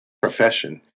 profession